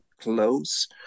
close